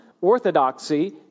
orthodoxy